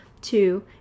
Two